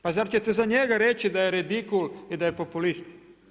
Pa zar ćete za njega reći da je redikul i da je populist.